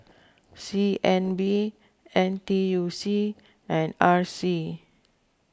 C N B N T U C and R C